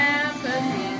empathy